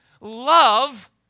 love